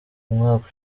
umwaka